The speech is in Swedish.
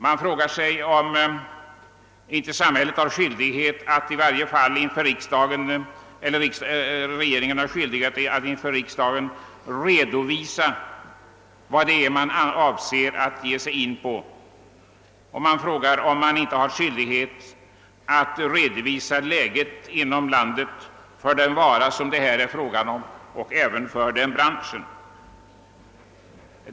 Man frågar sig om inte regeringen i varje fall har skyldighet att inför riksdagen redovisa vad det är man avser att ge sig in på, och man frågar sig om den inte har skyldighet att redovisa läget inom landet för den vara det här gäller och även för ifrågavarande bransch.